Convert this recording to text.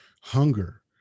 hunger